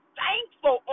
thankful